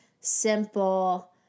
simple